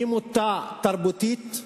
היא מוטה תרבותית,